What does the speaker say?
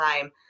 time